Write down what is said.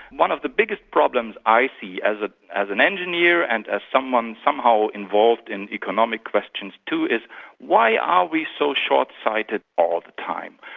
one of the biggest problems i see as ah as an engineer and as someone somehow involved in economic questions too is why are we so short-sighted all the time,